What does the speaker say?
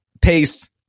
paste